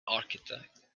architect